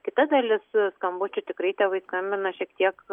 kita dalis skambučių tikrai tėvai skambina šiek tiek